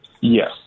Yes